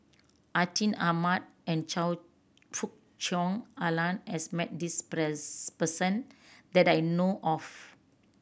Atin Amat and Choe Fook Cheong Alan has met this person that I know of